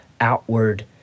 outward